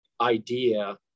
idea